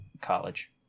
college